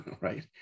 right